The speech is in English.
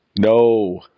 No